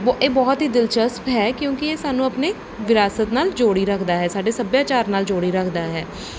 ਬ ਇਹ ਬਹੁਤ ਹੀ ਦਿਲਚਸਪ ਹੈ ਕਿਉਂਕਿ ਇਹ ਸਾਨੂੰ ਆਪਣੇ ਵਿਰਾਸਤ ਨਾਲ ਜੋੜੀ ਰੱਖਦਾ ਹੈ ਸਾਡੇ ਸੱਭਿਆਚਾਰ ਨਾਲ ਜੋੜੀ ਰੱਖਦਾ ਹੈ